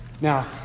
Now